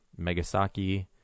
Megasaki